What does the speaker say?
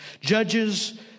Judges